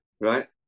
right